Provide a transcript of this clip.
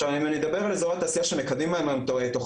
עכשיו אם אני מדבר על אזורי תעשייה שמקדמים היום תוכניות,